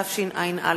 התשע"א 2010,